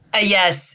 Yes